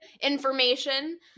information